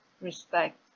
respect